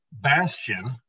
Bastion